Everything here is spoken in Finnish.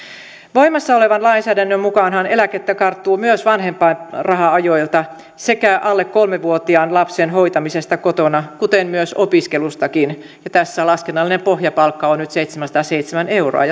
voimassa olevan lainsäädännön mukaanhan eläkettä karttuu myös vanhempainraha ajoilta sekä alle kolme vuotiaan lapsen hoitamisesta kotona kuten myös opiskelustakin tässä laskennallinen pohjapalkka on nyt seitsemänsataaseitsemän euroa